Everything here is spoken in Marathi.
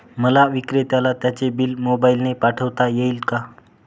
मला विक्रेत्याला त्याचे बिल मोबाईलने पाठवता येईल का?